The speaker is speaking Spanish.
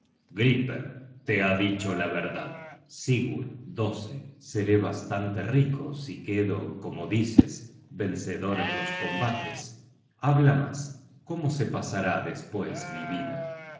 griper te ha dicho la verdad sigurd seré bastante rico si quedo como dices vencedor en los combates habla mas cómo se pasará despues mi vida